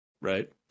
Right